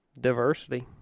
diversity